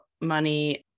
money